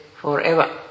forever